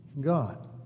God